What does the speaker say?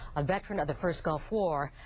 a veteran of the first gulf war,